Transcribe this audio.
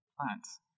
plants